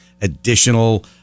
additional